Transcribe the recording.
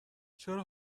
چرا